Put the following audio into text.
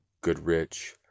goodrich